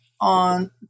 on